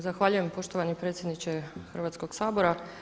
Zahvaljujem poštovani predsjedniče Hrvatskog sabora.